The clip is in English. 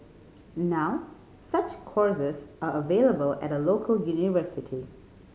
now such courses are available at a local university